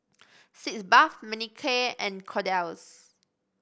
Sitz Bath Manicare and Kordel's